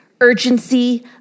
urgency